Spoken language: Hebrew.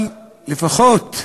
אבל לפחות,